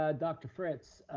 ah dr. fritz,